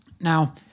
Now